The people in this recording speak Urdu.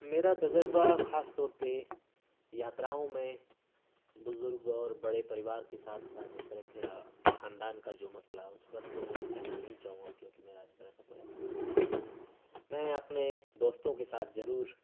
میرا تجربہ خاص طور پہ یاتراؤں میں بزرگ اور بڑے پریوار کے ساتھ تھا جس طرح کا خاندان کا جو مسئلہ اس پر تو میں کہنا نہیں چاہوں گا کیونکہ میرا اس طرح کا کوئی ایکسپیرئنس رہا نہیں ہے میں اپنے دوستوں کے ساتھ ضرور